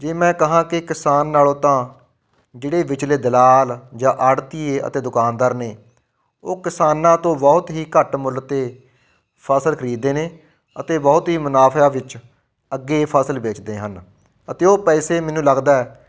ਜੇ ਮੈਂ ਕਹਾਂ ਕਿ ਕਿਸਾਨ ਨਾਲੋਂ ਤਾਂ ਜਿਹੜੇ ਵਿਚਲੇ ਦਲਾਲ ਜਾਂ ਆੜਤੀਏ ਅਤੇ ਦੁਕਾਨਦਾਰ ਨੇ ਉਹ ਕਿਸਾਨਾਂ ਤੋਂ ਬਹੁਤ ਹੀ ਘੱਟ ਮੁੱਲ 'ਤੇ ਫਸਲ ਖਰੀਦਦੇ ਨੇ ਅਤੇ ਬਹੁਤ ਹੀ ਮੁਨਾਫਾ ਵਿੱਚ ਅੱਗੇ ਫਸਲ ਵੇਚਦੇ ਹਨ ਅਤੇ ਉਹ ਪੈਸੇ ਮੈਨੂੰ ਲੱਗਦਾ